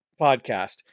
podcast